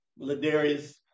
Ladarius